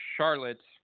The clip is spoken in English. Charlotte